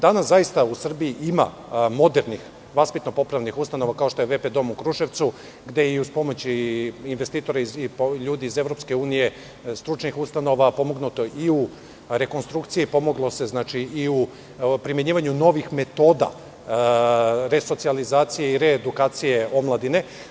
Danas zaista u Srbiji ima modernih vaspitno-popravnih ustanova, kao što je VP dom u Kruševcu, gde je uz pomoć investitora, ljudi iz Evropske unije, stručnih ustanova, pomognuto i u rekonstrukciji, pomoglo se i u primenjivanju novih metoda resocijalizacije i reedukacije omladine.